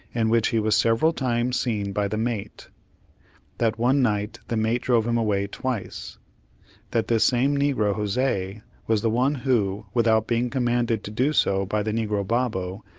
in which he was several times seen by the mate that, one night, the mate drove him away twice that this same negro jose was the one who, without being commanded to do so by the negro babo,